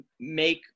make